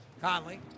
Conley